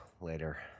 later